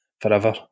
forever